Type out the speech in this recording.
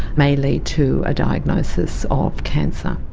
may lead to a diagnosis of cancer.